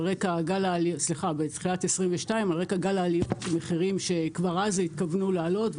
רקע גל עליות המחירים שכבר אז התכוונו להעלות,